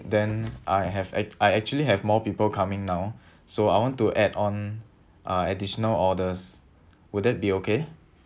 then I have I actually have more people coming now so I want to add on uh additional orders will that be okay